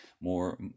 More